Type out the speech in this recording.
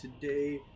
today